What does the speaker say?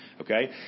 Okay